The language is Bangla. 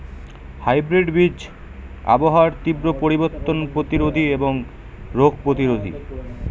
হাইব্রিড বীজ আবহাওয়ার তীব্র পরিবর্তন প্রতিরোধী এবং রোগ প্রতিরোধী